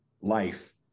life